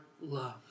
love